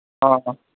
ꯑꯥ